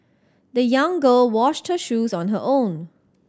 the young girl washed her shoes on her own